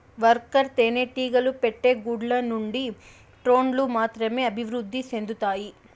worker తేనెటీగలు పెట్టే గుడ్ల నుండి డ్రోన్లు మాత్రమే అభివృద్ధి సెందుతాయి